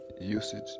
usage